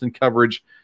coverage